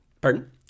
pardon